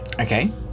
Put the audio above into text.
Okay